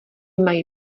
mají